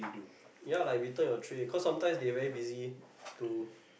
ya like return your tray cause sometimes they very busy to